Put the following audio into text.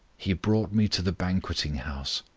he brought me to the banqueting house,